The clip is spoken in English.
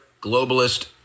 globalist